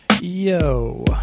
Yo